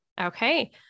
Okay